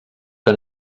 que